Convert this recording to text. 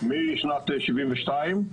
משנץ 1972,